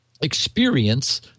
experience